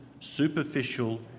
superficial